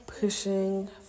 pushing